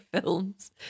films